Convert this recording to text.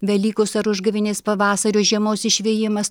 velykos ar užgavėnės pavasario žiemos išvijimas